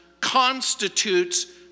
constitutes